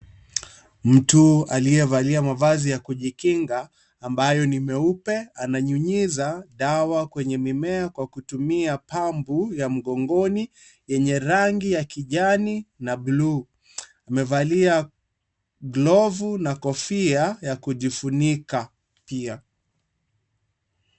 Mtu aliyevalia mavazi ya kujikinga ambayo ni meupe ananyunyiza dawa kwenye mimea kwa kutumia pampu ya mgongoni, yenye rangi ya kijani na bluu, amevalia glovu na kofia ya kujifunika, pia.